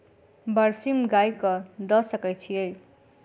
बरसीम गाय कऽ दऽ सकय छीयै?